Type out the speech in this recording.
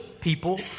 people